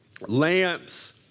lamps